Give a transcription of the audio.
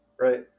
Right